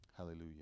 Hallelujah